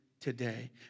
today